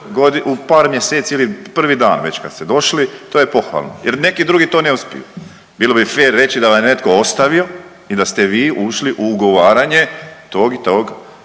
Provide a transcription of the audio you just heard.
u par mjeseci ili prvi dan već kad ste došli to je pohvalno jer neki drugi to ne uspiju. Bilo bi fer reći da vam je netko ostavio i ste vi ušli u ugovaranje tog i tog